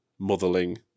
motherling